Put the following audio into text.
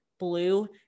blue